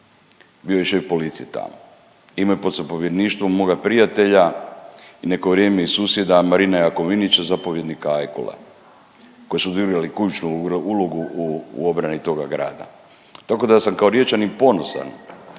bio je šef policije tamo i imao je pod zapovjedništvom moga prijatelja i neko vrijeme i susjeda, Marina Jakovinića, zapovjednika Ajkula, koje su odigrali ključnu ulogu u obrani toga grada, tako da sam kao Riječanin ponosan